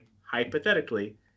hypothetically